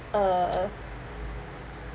uh